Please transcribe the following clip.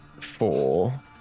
Four